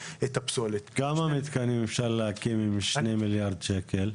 כמה מתקנים אפשר להקים בשני מיליארד שקל?